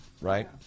right